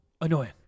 annoying